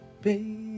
Baby